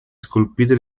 scolpite